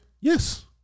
yes